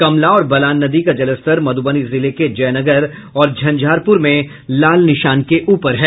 कमला और बलान नदी का जलस्तर मधुबनी जिले के जयनगर और झंझारपुर में लाल निशान के ऊपर हैं